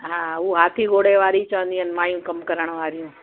हा उहे हाथी घोड़े वारी चवंदियूं आहिनि मायूं कम करण वारियूं